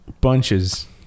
bunches